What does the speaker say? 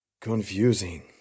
Confusing